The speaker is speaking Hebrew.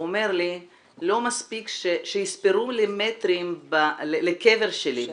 הוא אומר לי: לא מספיק שיספרו לי מטרים בקבר שלי,